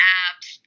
apps